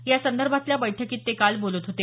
यासंदर्भातल्या बैठकीत ते काल बोलत होते